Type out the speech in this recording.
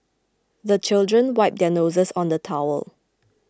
the children wipe their noses on the towel